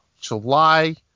July